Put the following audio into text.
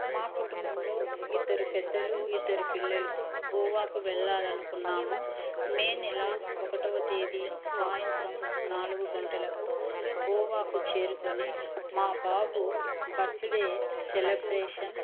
మా కుటుంబంలో ఇద్దరు పెద్దలు ఇద్దరు పిల్లలు గోవాకు వెళ్ళాలి అనుకున్నాము మే నెల ఒకటవ తేదీ సాయంత్రం నాలుగు గంటలకు గోవాకు చేరుకొని మా బాబు బర్త్డే సెలబ్రేషన్